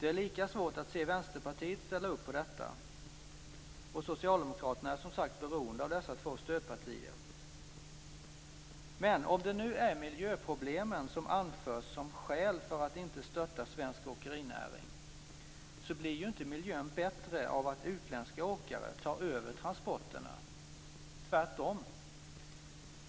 Det är lika svårt att se Vänsterpartiet ställa upp på detta. Och Socialdemokraterna är som sagt beroende av dessa två stödpartier. Men om det nu är miljöproblemen som anförs som skäl för att inte stötta svensk åkerinäring så blir ju inte miljön bättre av att utländska åkare tar över transporterna, tvärtom.